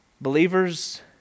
Believers